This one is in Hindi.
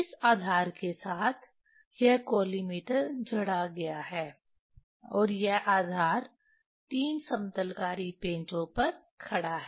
इस आधार के साथ यह कॉलिमेटर जड़ा गया है और यह आधार 3 समतलकारी पेंचो पर खड़ा है